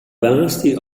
woansdei